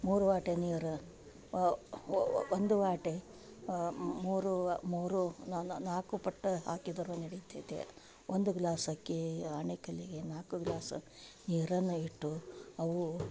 ಮೂರು ವಾಟೆ ನೀರ ಒಂದು ವಾಟೆ ಮೂರು ಮೂರು ನ ನಾಲ್ಕು ಪಟ್ಟ ಹಾಕಿದರೂ ನಡಿತೈತೆ ಒಂದು ಗ್ಲಾಸ್ ಅಕ್ಕಿ ಆಣೆಕಲ್ಲಿಗೆ ನಾಲ್ಕು ಗ್ಲಾಸ್ ನೀರನ್ನು ಇಟ್ಟು ಅವು